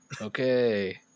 Okay